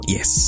Yes